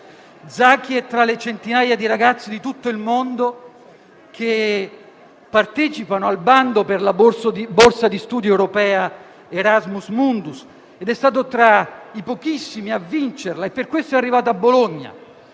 Zaki è tra le centinaia di ragazzi di tutto il mondo che partecipano al bando per la borsa di studio europea Erasmus Mundus, è tra i pochissimi a vincerla e per questo arriva a Bologna.